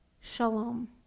shalom